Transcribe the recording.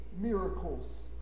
miracles